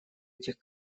этих